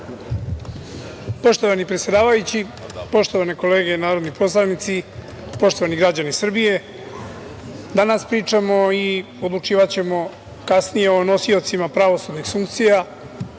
Poštovani predsedavajući, poštovane kolege narodni poslanici, poštovani građani Srbije, danas pričamo i odlučivaćemo kasnije o nosiocima pravosudnih funkcija